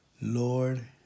Lord